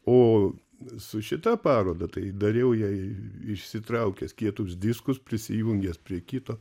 o su šita paroda tai dariau jai išsitraukęs kietus diskus prisijungęs prie kito